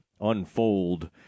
unfold